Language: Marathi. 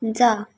जा